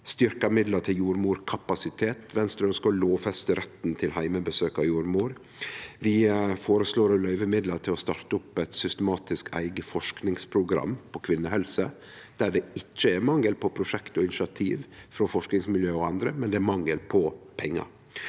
styrkte midlar til jordmorkapasitet. Venstre ønskjer å lovfeste retten til heimebesøk av jordmor. Vi føreslår å løyve midlar til å starte opp eit systematisk eige forskingsprogram på kvinnehelse, der det ikkje er mangel på prosjekt og initiativ frå forskingsmiljø og andre, men det er mangel på pengar.